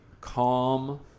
calm –